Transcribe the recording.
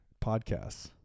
podcasts